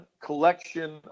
collection